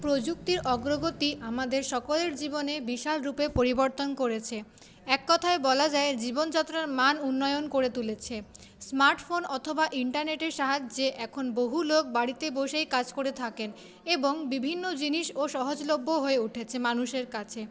প্রযুক্তির অগ্রগতি আমাদের সকলের জীবনে বিশালরূপে পরিবর্তন করেছে এক কথায় বলা যায় জীবনযাত্রার মান উন্নয়ন করে তুলেছে স্মার্টফোন অথবা ইন্টারনেটের সাহায্যে এখন বহুলোক বাড়িতে বসেই কাজ করে থাকেন এবং বিভিন্ন জিনিসও সহজলভ্য হয়ে উঠেছে মানুষের কাছে